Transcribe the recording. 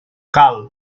cal